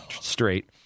straight